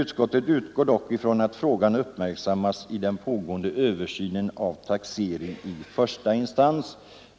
Utskottet utgår dock från att frågan uppmärksammas vid den pågående översynen av taxering i första instans.